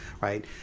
right